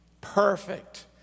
perfect